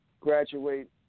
graduate